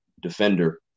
defender